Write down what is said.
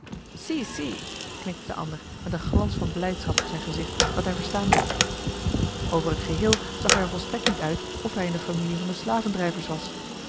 knikte de ander met een glans van blijdschap op zijn gezicht dat hij verstaan werd over t geheel zag hij er volstrekt niet uit of hij in de familie van de slavendrijvers was